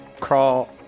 crawl